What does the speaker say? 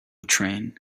train